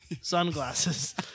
Sunglasses